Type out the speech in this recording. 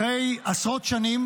אחרי עשרות שנים